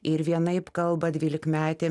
ir vienaip kalba dvylikmetė